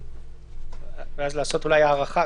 ואז אולי לעשות הארכה.